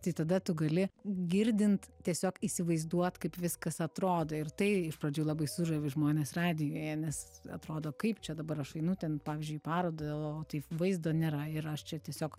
tai tada tu gali girdint tiesiog įsivaizduot kaip viskas atrodo ir tai iš pradžių labai sužavi žmones radijuje nes atrodo kaip čia dabar aš einu ten pavyzdžiui į parodą o taip vaizdo nėra ir aš čia tiesiog